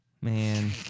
man